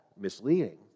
misleading